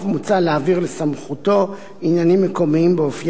מוצע להעביר לסמכותו עניינים מקומיים באופיים,